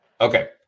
Okay